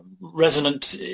resonant